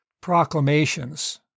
proclamations